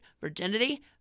virginity